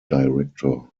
director